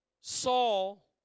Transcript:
Saul